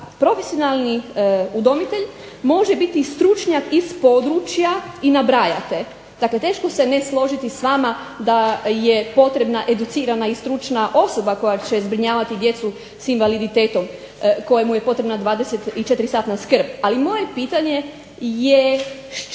profesionalni udomitelj može biti stručnjak iz područja i nabrajate, dakle teško se ne složiti s vama da je potrebna educirana i stručna osoba koja će zbrinjavati djecu s invaliditetom kojemu je potrebna 24-satna skrb, ali moje pitanje je s čime